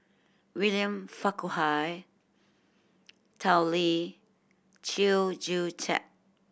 William Farquhar Tao Li Chew Joo Chiat